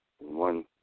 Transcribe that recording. One